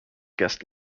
guest